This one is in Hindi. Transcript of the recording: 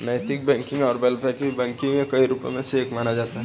नैतिक बैंकिंग को वैकल्पिक बैंकिंग के कई रूपों में से एक माना जाता है